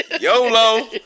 YOLO